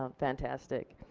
um fantastic.